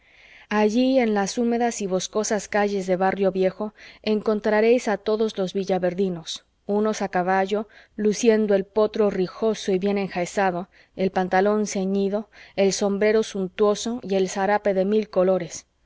allí en las húmedas y boscosas calles de barrio viejo encontraréis a todos los villaverdinos unos a caballo luciendo el potro rijoso y bien enjaezado el pantalón ceñido el sombrero suntuoso y el zarape de mil colores